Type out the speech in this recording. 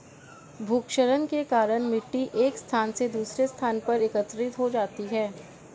भूक्षरण के कारण मिटटी एक स्थान से दूसरे स्थान पर एकत्रित हो जाती है